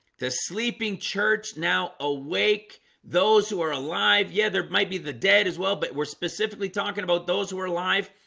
the sleeping church now awake those who are alive. yeah, there might be the dead as well but we're specifically talking about those who are alive,